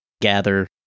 gather